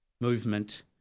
movement